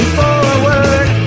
forward